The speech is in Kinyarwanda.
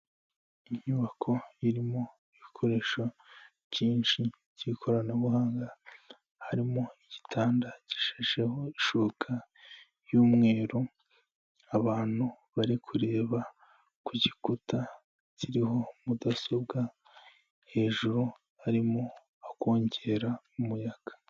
Inyubako irimo ibikoresho byinshi by'ikoranabuhanga harimo igitanda gishasheho ishuka y'umweru abantu bari kureba ku gikuta kiriho mudasobwa hejuru harimo akongera umuyaga.